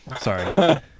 Sorry